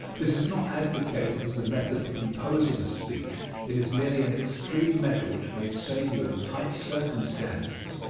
this is not advocated as a method of composing a speech it is merely an extreme measure which may save you in tight circumstances.